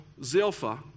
Zilpha